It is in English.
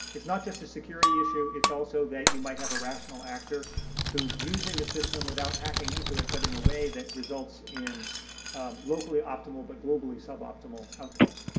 it's not just a security issue, it's also that you might have a rational actor who is using the system without hacking into it, but in a way that results in locally optimal, but globally sub-optimal outcomes.